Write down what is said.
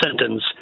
sentence